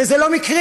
וזה לא מקרי,